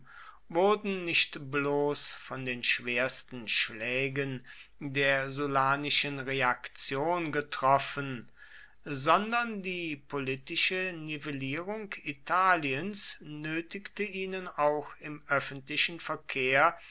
wurden nicht bloß von den schwersten schlägen der sullanischen reaktion getroffen sondern die politische nivellierung italiens nötigte ihnen auch im öffentlichen verkehr